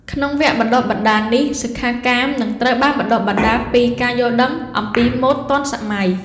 ក្នុងវគ្គបណ្តុះបណ្តាលនេះ សិក្ខាកាមនឹងត្រូវបានបណ្តុះបណ្តាលពី ការយល់ដឹងអំពីម៉ូដទាន់សម័យ។